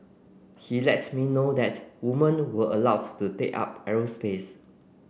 he let me know that woman were allowed to take up aerospace